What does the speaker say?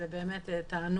זה באמת תענוג.